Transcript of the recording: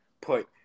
put